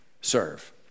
Serve